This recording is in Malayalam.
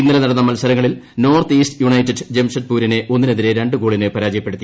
ഇന്നലെ നടന്ന മത്സരങ്ങളിൽ നോർത്ത് ഈസ്റ്റ് യുണൈറ്റഡ് ജംഷഡ്പൂരിനെ ഒന്നിനെതിരെ രണ്ട് ഗോളിന് പരാജയപ്പെടുത്തി